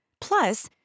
Plus